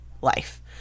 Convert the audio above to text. life